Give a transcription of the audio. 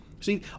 See